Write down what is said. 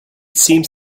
seems